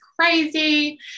crazy